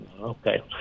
Okay